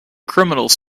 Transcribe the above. criminals